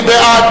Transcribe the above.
מי בעד?